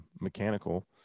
mechanical